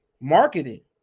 marketing